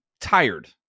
tired